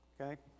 okay